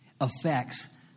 affects